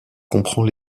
comprend